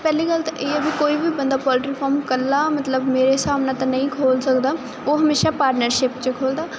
ਪਹਿਲੀ ਗੱਲ ਤਾਂ ਇਹ ਹੈ ਵੀ ਕੋਈ ਵੀ ਬੰਦਾ ਪੋਲਟਰੀ ਫਾਰਮ ਕੱਲਾ ਮਤਲਬ ਮੇਰੇ ਹਿਸਾਬ ਨਾਲ ਤਾਂ ਨਹੀਂ ਖੋਲ ਸਕਦਾ ਉਹ ਹਮੇਸ਼ਾ ਪਾਰਟਨਰਸ਼ਿਪ 'ਚ ਖੋਲਦਾ